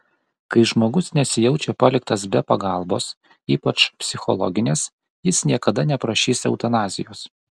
kai žmogus nesijaučia paliktas be pagalbos ypač psichologinės jis niekada neprašys eutanazijos